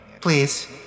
please